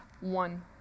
one